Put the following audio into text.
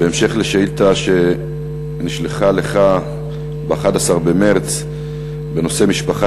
בהמשך לשאילתה שנשלחה לך ב-11 במרס בנושא המשפחה